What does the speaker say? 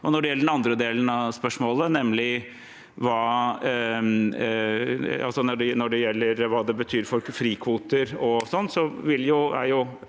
Når det gjelder den andre delen av spørsmålet, nemlig hva det betyr for frikvoter